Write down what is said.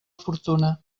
fortuna